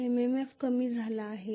MMF कमी झाला आहे